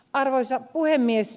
arvoisa puhemies